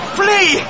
flee